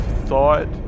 thought